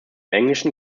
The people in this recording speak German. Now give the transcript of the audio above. englischen